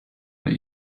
but